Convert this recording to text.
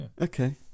Okay